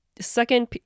second